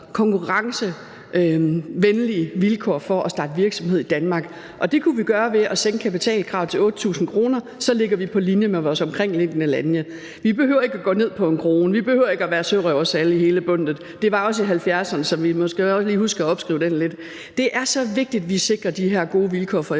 konkurrencevenlige vilkår for at starte virksomhed i Danmark som muligt, og det kunne vi gøre ved at sænke kapitalkravet til 8.000 kr.; så ligger vi på linje med landende omkring os. Vi behøver ikke at gå ned på 1 kr., vi behøver ikke at være Sørøver Sally hele bundtet; det var også i 1970'erne, så vi skal måske også lige huske at opskrive den lidt. Det er så vigtigt, at vi sikrer de her gode vilkår for